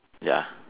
ya